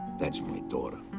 that's my daughter.